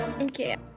Okay